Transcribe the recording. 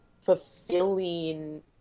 fulfilling